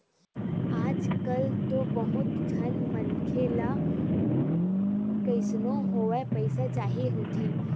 आजकल तो बहुत झन मनखे ल कइसनो होवय पइसा चाही होथे